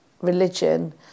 religion